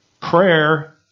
Prayer